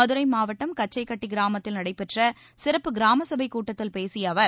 மதுரை மாவட்டம் கச்சைக்கட்டி கிராமத்தில் நடைபெற்ற சிறப்பு கிராமசபைக் கூட்டத்தில் பேசிய அவர்